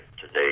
today